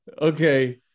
okay